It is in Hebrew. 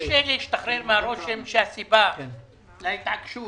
קשה להשתחרר מהרושם שהסיבה להתעקשות